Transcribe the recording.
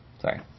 Sorry